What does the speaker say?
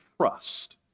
trust